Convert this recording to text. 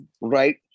right